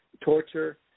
torture